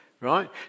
right